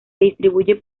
distribuye